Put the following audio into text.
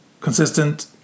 consistent